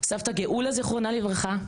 סבתא גאולה זיכרונה לברכה,